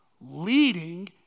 leading